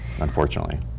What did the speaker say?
unfortunately